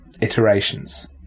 iterations